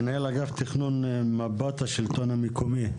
מנהל אגף תכנון מפת השלטון המקומי,